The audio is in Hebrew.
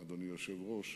אדוני היושב-ראש.